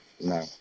No